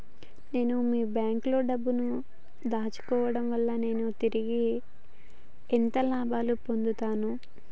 నేను మీ బ్యాంకులో డబ్బు ను దాచుకోవటం వల్ల నేను తిరిగి ఎంత లాభాలు పొందుతాను?